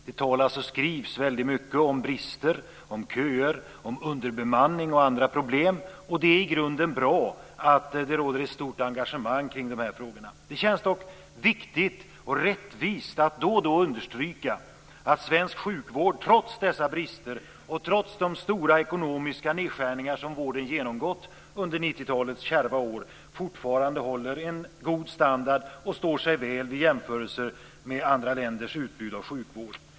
Det talas och skrivs väldigt mycket om brister, om köer, om underbemanning och andra problem, och det är i grunden bra att det råder ett stort engagemang kring dessa frågor. Det känns dock viktigt och rättvist att då och då understryka att svensk sjukvård trots dessa brister och trots de stora ekonomiska nedskärningar som vården genomgått under 90-talets kärva år fortfarande håller en god standard och står sig väl vid jämförelser med andra länders utbud av sjukvård.